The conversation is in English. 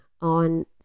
on